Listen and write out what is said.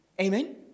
Amen